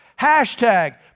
hashtag